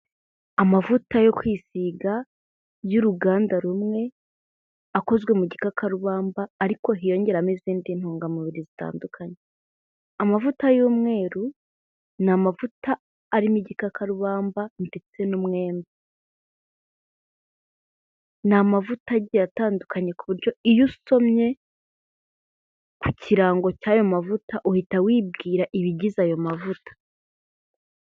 Amavuta yo kwisiga y'uruganda rumwe, akozwe mu gikakarubamba ariko hiyongeramo izindi ntungamubiri zitandukanye, amavuta y'umweru ni amavuta arimo igikakarubamba ndetse n'umwembe, ni amavuta agiye atandukanye iyo usomye ku kirango cy'ayo mavuta uhita wibwira ibigize ayo mavuta.